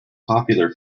popular